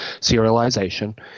serialization